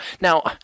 Now